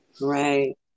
Right